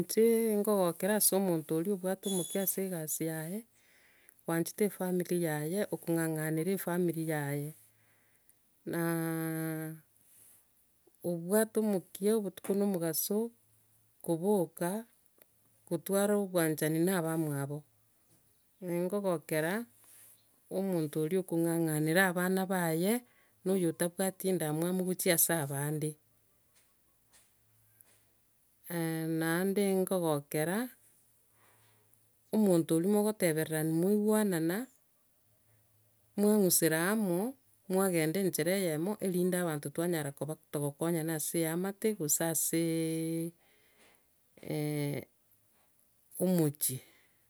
Inche nkogokera ase omonto oria obwate omokia ase egasi yaye, oanchete efamily yaye, okong'ang'anera efamily yaye, na obwate omokia obotuko na omogaso, koboka gotwara obwanchani na bamwabo. nkogokera omonto oria okong'ang'anera abana baye na oyo otabwati endamwamu gochia ase abande. naenda nkogogera, omonto oria mogotebererania mwaigwanana, mwang'usera amo, mwagenda enchera eyemo erinde abanto twanyara koba togokonyana ase eamate gose ase omochia.